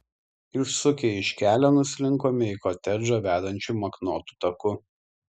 išsukę iš kelio nuslinkome į kotedžą vedančiu maknotu taku